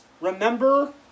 remember